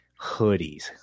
hoodies